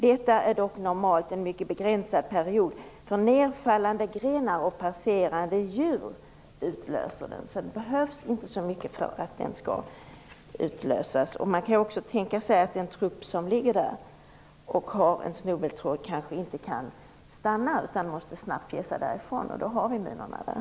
Detta är dock normalt en mycket begränsad period, då nedfallande grenar och passerande djur utlöser den. Det behövs alltså inte så mycket för att den skall utlösas. Man kan tänka sig att den trupp som ligger på en plats och har en snubbeltråd kanske inte kan stanna, utan snabbt måste ge sig därifrån. Då har vi minorna där.